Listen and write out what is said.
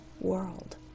world